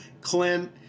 Clint